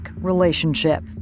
relationship